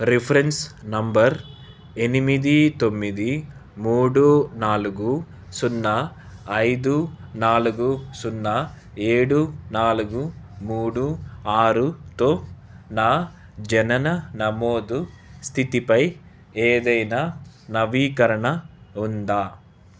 reference number ఎనిమిది తొమ్మిది మూడు నాలుగు సున్నా ఐదు నాలుగు సున్నా ఏడు నాలుగు మూడు ఆరుతో నా జనన నమోదు స్థితిపై ఏదైనా నవీకరణ ఉందా